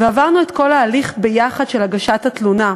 ועברנו ביחד את כל ההליך של הגשת התלונה.